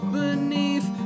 beneath